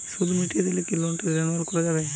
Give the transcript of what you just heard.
সুদ মিটিয়ে দিলে কি লোনটি রেনুয়াল করাযাবে?